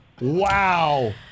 Wow